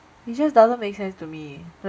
it just doesn't make sense to me